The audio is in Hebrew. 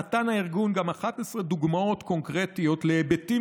נתן הארגון גם 11 דוגמאות קונקרטיות להיבטים